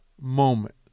moment